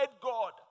God